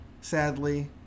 sadly